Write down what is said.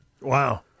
Wow